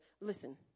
listen